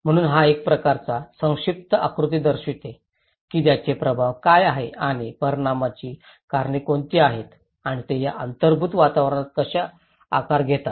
म्हणून हा एक प्रकारचा संक्षिप्त आकृती दर्शवितो की त्याचे प्रभाव काय आहेत आणि या परिणामाची कारणे कोणती आहेत आणि ते या अंगभूत वातावरणाला कशा आकार देतात